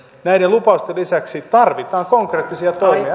näiden lupausten lisäksi tarvitaan konkreettisia toimia